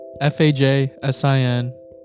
F-A-J-S-I-N